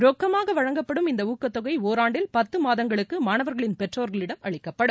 ரொக்கமாக வழங்கப்படும் இந்த ஊக்கத்தொகை இராண்டில் பத்து மாதங்களுக்கு மாணவர்களின் பெற்றோர்களிடம் அளிக்கப்படும்